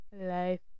Life